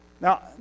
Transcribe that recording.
Now